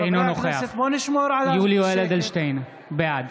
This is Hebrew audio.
אינו נוכח יולי יואל אדלשטיין, בעד